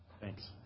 Thanks